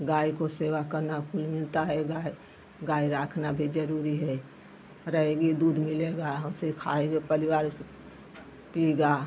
गाय को सेवा करना पुण्य मिलता है गाय गाय रखना भी जरूरी है रहेगी दूध मिलेगा हम फिर खाएंगे परिवार से पीगा